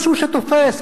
משהו שתופס,